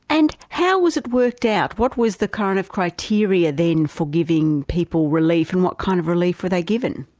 and how was it worked out? what was the kind of criteria then for giving people relief and what kind of relief were they given?